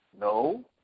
No